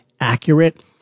accurate